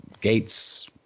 Gates